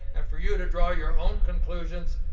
and for you to draw your own conclusions,